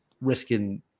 risking